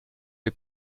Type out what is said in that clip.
les